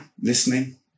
Listening